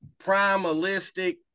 primalistic